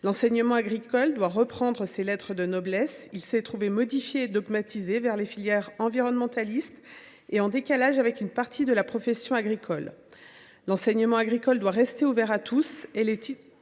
L’enseignement agricole doit regagner ses lettres de noblesse. Il s’est trouvé modifié et dogmatisé vers les filières environnementalistes, et en décalage avec une partie de la profession agricole. Il doit rester ouvert à tous